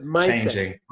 changing